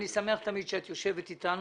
אני שמח תמיד שאת יושבת אתנו,